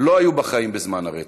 לא היו בחיים בזמן הרצח.